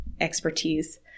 expertise